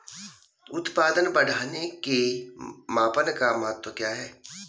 उत्पादन बढ़ाने के मापन का महत्व क्या है?